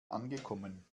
angekommen